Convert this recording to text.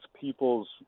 people's